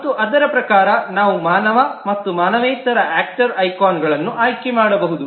ಮತ್ತು ಅದರ ಪ್ರಕಾರ ನಾವು ಮಾನವ ಮತ್ತು ಮಾನವೇತರ ಆಕ್ಟರಿಗೆ ಐಕಾನ್ಗಳನ್ನು ಆಯ್ಕೆ ಮಾಡಬಹುದು